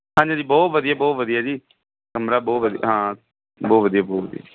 ਹਾਂਜੀ ਹਾਂਜੀ ਬਹੁਤ ਵਧੀਆ ਬਹੁਤ ਵਧੀਆ ਜੀ ਕਮਰਾ ਬਹੁਤ ਵਧੀਆ ਹਾਂ ਬਹੁਤ ਵਧੀਆ ਬਹੁਤ ਵਧੀਆ